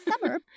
Summer